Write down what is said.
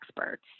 experts